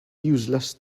useless